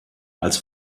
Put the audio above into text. als